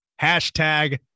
hashtag